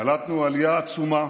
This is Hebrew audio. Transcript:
קלטנו עלייה עצומה,